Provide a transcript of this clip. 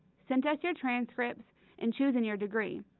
sent us your transcripts and chosen your degree.